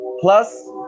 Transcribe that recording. plus